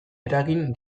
eragin